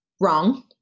wrong